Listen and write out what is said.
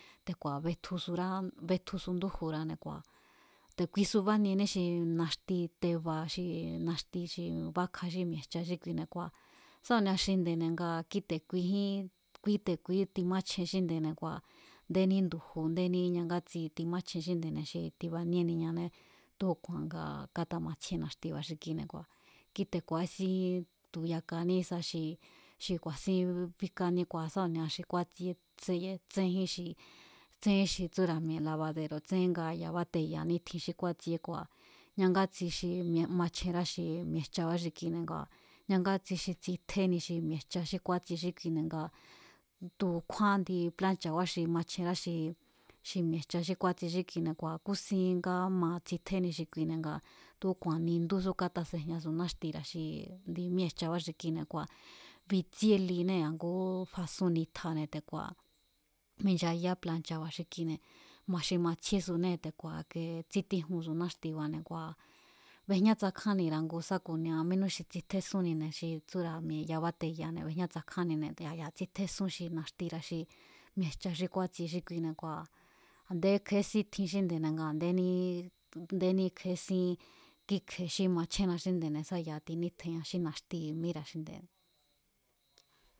Te̱ku̱a̱ betjusurá, betju su ndújura̱ne̱ kua̱ te̱ kuisu baniení xi naxti teba xi naxti xi bákja xí mi̱e̱jcha xí kuine̱ kua̱ sá ku̱nia xi nde̱ne̱ kíte̱ kuijín, kíte̱ kuijín timáchjen xínde̱ne̱ kua̱ ndéní ndu̱ju̱ ndéní ñangátsi timáchjen xínde̱ne̱ xi tibaníeniané tu̱úku̱a̱n nga kátamatsjie naxtiba̱ xi kuine̱ kíte̱ ku̱a̱ísín tu̱ yakaní sá xi xi ku̱a̱sín bíkaníé kua̱ sá ku̱nia xi kúátsieé tsé, tséjín xi, tsénjín xi tsúra̱ mi̱e̱ labadero̱ nga ya bóteya̱ní tjin xí kúátsiee kua̱ ñangatsi xi mi̱e̱, machjenrá xi mi̱e̱jchabá xi kine̱ ngua̱ ñangátsi xi tsitjeni xi mi̱e̱jcha xí kúátsie xí kine̱ nga tu̱ kjúán ndi pláncha̱ kjúán xi machjenrá xi mi̱e̱jcha xí kúátsie xí kine̱ kua̱ kúsin ngá ma tsitjéni xi kuine̱ nga tu̱úku̱a̱n nga nindúsú katasejñasu náxtira̱ xi ndi míée̱ jchabá xi kine̱ kua̱, bitsíé linée̱ a̱ngú fasún nitjane̱ te̱ku̱a̱ minchayá plancha̱ba̱ xi kine̱ ma xi matsjíesunée̱ te̱ku̱a̱ kee tsítíjunsu náxtiba̱ne̱ te̱ku̱a̱, béjñá tsakjánnira̱ ngu sá ku̱nia mínú xi tsitjésúnnine̱ xi tsúra̱ mi̱e̱ yabáteya̱ne̱ bejñá tsakjánnine̱ a̱ ya̱ tsítjésún xi naxtira̱ xi mi̱e̱jcha xí kúátsie xí kuine̱ kua̱ a̱ndé íkje̱esín tjin xínde̱ne̱ nga a̱ndéní, ndéní kje̱ésín, kíkje̱e xí achjénna xinde̱ne̱ sá ya̱ tinítjeña xí naxti míra̱ xinde̱ne̱.